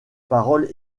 paroles